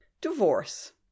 Divorce